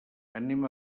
anem